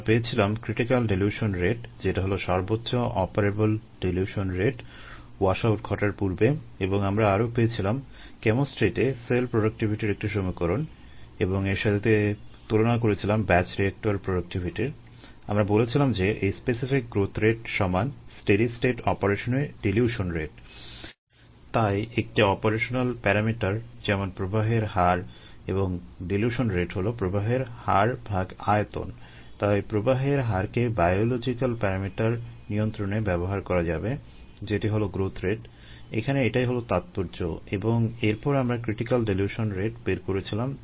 আমরা পেয়েছিলাম critical dilution rate বের করেছিলাম যার বাইরে সেল কর্তৃক কোনো সেল প্রোডাকশন হয় না